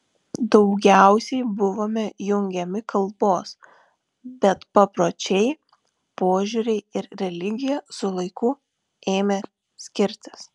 daugiausiai buvome jungiami kalbos bet papročiai požiūriai ir religija su laiku ėmė skirtis